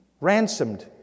ransomed